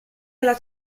alla